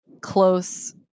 close